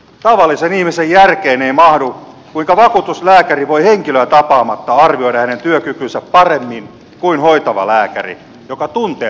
tavallisen ihmisen järkeen ei mahdu kuinka vakuutuslääkäri voi henkilöä tapaamatta arvioida hänen työkykynsä paremmin kuin hoitava lääkäri joka tuntee potilaansa